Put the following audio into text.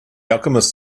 alchemist